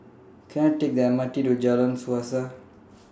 Can I Take The M R T to Jalan Suasa